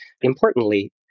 importantly